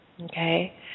Okay